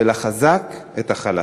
של החזק את החלש.